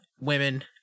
women